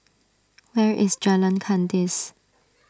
where is Jalan Kandis